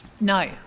No